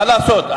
מה לעשות?